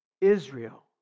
Israel